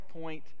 point